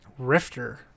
Rifter